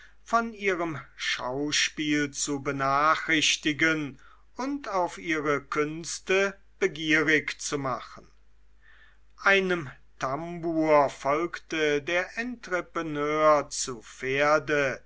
von ihrem schauspiel zu benachrichtigen und auf ihre künste begierig zu machen einem tambour folgte der entrepreneur zu pferde